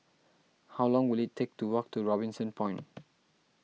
how long will it take to walk to Robinson Point